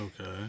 Okay